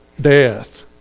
Death